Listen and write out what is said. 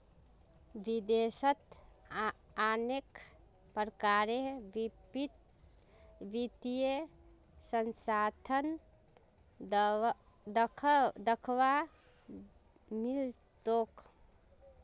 विदेशत अनेक प्रकारेर वित्तीय संस्थान दख्वा मिल तोक